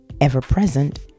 Ever-present